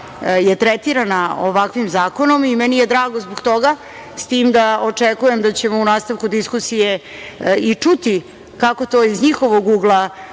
je tretirana ovakvim zakonom i meni je drago zbog toga. S tim da očekujem da ćemo u nastavku diskusije čuti kako to iz njihovog ugla